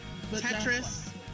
Tetris